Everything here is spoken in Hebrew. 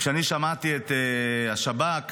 כשאני שמעתי את השב"כ